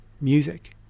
music